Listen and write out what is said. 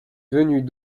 venue